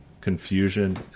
confusion